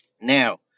Now